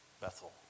Bethel